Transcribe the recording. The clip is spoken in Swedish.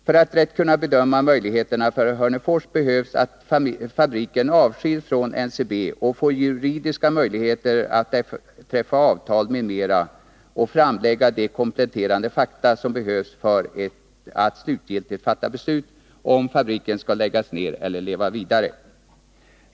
För att rätt kunna bedöma möjligheterna för Hörnefors är det nödvändigt att fabriken avskiljs från NCB och får juridiska möjligheter att träffa avtal m.m. och framlägga de kompletterande fakta som behövs för att man slutgiltigt skall kunna fatta beslut om fabriken skall läggas ned eller leva vidare.